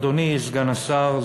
אדוני סגן השר,